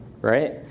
right